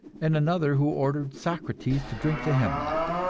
and another who ordered socrates to drink the hemlock,